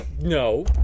No